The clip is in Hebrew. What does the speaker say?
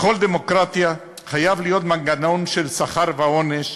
בכל דמוקרטיה חייב להיות מנגנון של שכר ועונש,